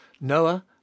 noah